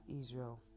israel